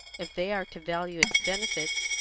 if they are to value its benefits,